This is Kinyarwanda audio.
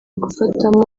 gufatamo